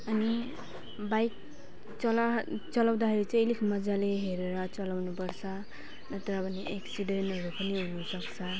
अनि बाइक चला चलाउँदाखेरि चाहिँ अलिक मजाले हेरेर चलाउनुपर्छ नत्र भने एक्सिडेन्टहरू पनि हुनसक्छ